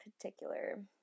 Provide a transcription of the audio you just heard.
particular